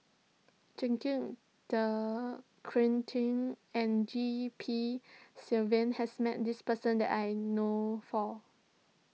Jacques De Coutre and G P Selvam has met this person that I know of